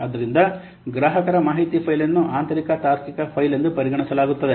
ಆದ್ದರಿಂದ ಗ್ರಾಹಕರ ಮಾಹಿತಿ ಫೈಲ್ ಅನ್ನು ಆಂತರಿಕ ತಾರ್ಕಿಕ ಫೈಲ್ ಎಂದು ಪರಿಗಣಿಸಲಾಗುತ್ತದೆ